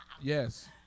Yes